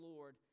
Lord